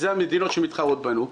שהן המדינות שמתחרות בנו,